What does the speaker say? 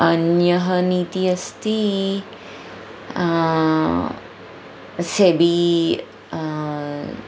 अन्यः नीति अस्ति सेबी